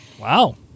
Wow